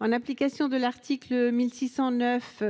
En application de l'article 1609